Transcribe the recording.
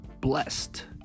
blessed